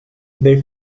they